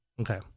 Okay